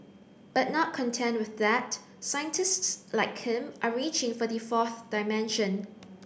but not content with that scientists like him are reaching for the fourth dimension